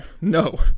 No